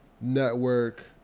network –